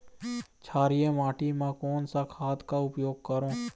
क्षारीय माटी मा कोन सा खाद का उपयोग करों?